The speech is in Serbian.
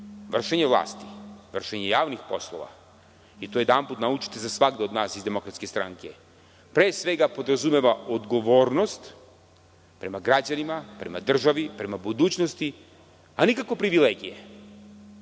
vršenje vlasti, vršenje javnih poslova i to jedanput naučite za svagda od nas iz DS, pre svega podrazumeva odgovornost prema građanima, prema državi, prema budućnosti, a nikako privilegije.